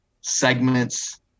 segments